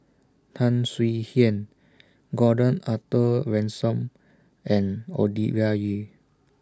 Tan Swie Hian Gordon Arthur Ransome and Ovidia Yu